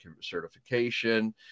certification